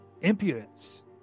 impudence